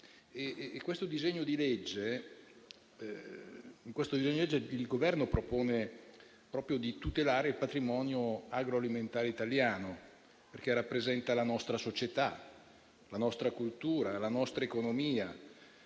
Con il disegno di legge in esame il Governo propone proprio di tutelare il patrimonio agroalimentare italiano, perché rappresenta la nostra società, la nostra cultura, la nostra economia,